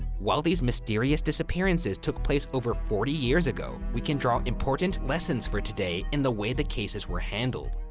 while these mysterious disappearances took place over forty years ago, we can draw important lessons for today in the way the cases were handled.